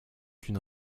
qu’une